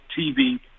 TV